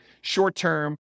short-term